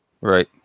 Right